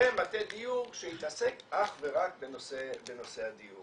ומטה דיור שיתעסק אך ורק בנושא הדיור.